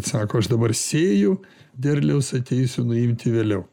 sako aš dabar sėju derliaus ateisiu nuimti vėliau